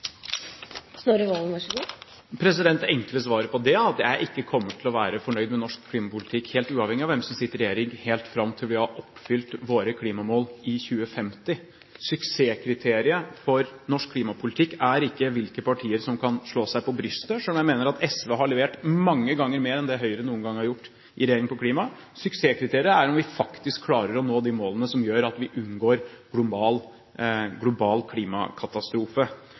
Det enkle svaret på det er at jeg ikke kommer til å være fornøyd med norsk klimapolitikk, helt uavhengig av hvem som sitter i regjering, før vi har oppfylt våre klimamål i 2050. Suksesskriteriet for norsk klimapolitikk er ikke hvilke partier som kan slå seg på brystet – selv om jeg mener at SV har levert mange ganger mer enn det Høyre noen gang har gjort i regjering når det gjelder klima. Suksesskriteriet er om vi faktisk klarer å nå de målene som gjør at vi unngår global klimakatastrofe.